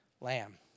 lamb